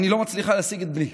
אני לא מצליחה להשיג את בני.